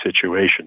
situation